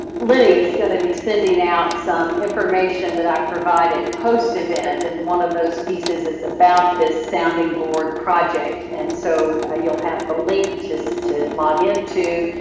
ah lenny is gonna be sending out some information that i've provided post event and one of those pieces is about this sounding board project and so ah you'll have the to so to log into.